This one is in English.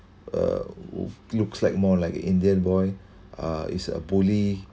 uh looks like more like indian boy uh is a bully